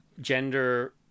gender